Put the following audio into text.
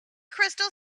crystal